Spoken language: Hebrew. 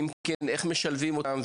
אם כן, איך משלבים אותם?